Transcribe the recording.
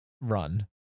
run